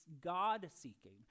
God-seeking